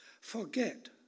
forget